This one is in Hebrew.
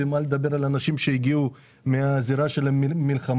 ואין מה לדבר על אנשים שהגיעו מהזירה של המלחמה.